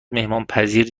مهمانپذیر